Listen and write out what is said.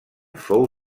fou